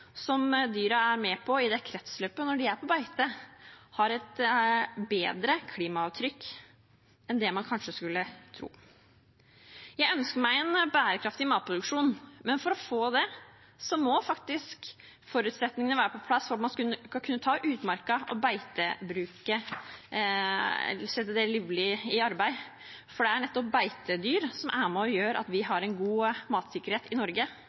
på beite, det kretsløpet de da er med på, har et bedre klimaavtrykk enn det man kanskje skulle tro. Jeg ønsker meg en bærekraftig matproduksjon, men for å få det må faktisk forutsetningene være på plass for at man skal kunne ta utmarka i bruk til beite, for det er nettopp beitedyr som er med og gjør at vi har en god matsikkerhet i Norge.